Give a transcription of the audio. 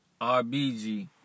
RBG